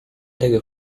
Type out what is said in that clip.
delle